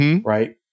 right